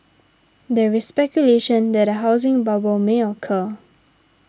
there is speculation that a housing bubble may occur